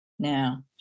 now